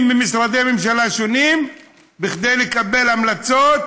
ממשרדי ממשלה שונים כדי לקבל המלצות,